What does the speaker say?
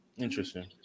interesting